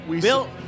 Bill